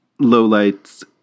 lowlights